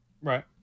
Right